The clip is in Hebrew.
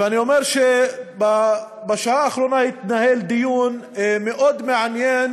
ואני אומר שבשעה האחרונה התנהל דיון מאוד מעניין